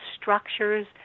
structures